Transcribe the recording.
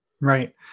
Right